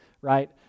right